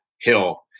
hill